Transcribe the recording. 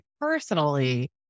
personally